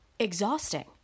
Exhausting